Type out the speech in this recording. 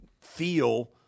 feel –